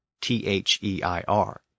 T-H-E-I-R